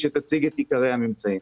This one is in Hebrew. שתציג את עיקרי הממצאים.